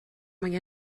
mae